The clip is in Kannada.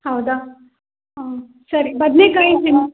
ಹೌದಾ ಸರಿ ಬದನೇಕಾಯಿ ತಿನ್